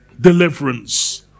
Deliverance